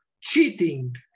cheating